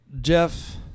Jeff